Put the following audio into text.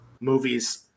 Movies